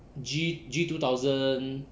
G G two thousand